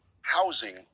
housing